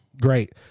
Great